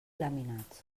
laminats